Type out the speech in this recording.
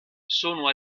sono